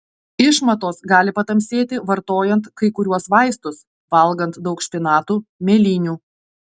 išmatos gali patamsėti vartojant kai kuriuos vaistus valgant daug špinatų mėlynių